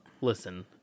Listen